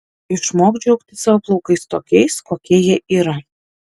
išmok džiaugtis savo plaukais tokiais kokie jie yra